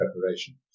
preparation